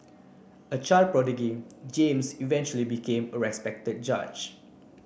a child James eventually became a respected judge